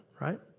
right